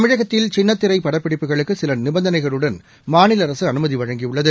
தமிழகத்தில் சின்னத்திரைபடப்பிடிப்புகளுக்குசிலநிபந்தனைகளுடன் மாநில அரசு அனுமதிவழங்கியுள்ளது